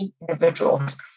individuals